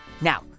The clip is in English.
Now